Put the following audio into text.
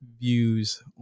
views